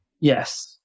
yes